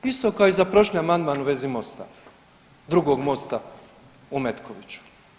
Isto kao i za prošli amandman u vezi mosta, drugog mosta u Metkoviću.